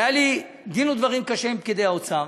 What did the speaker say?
והיה לי דין ודברים קשה עם פקידי האוצר,